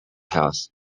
house